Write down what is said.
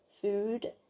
food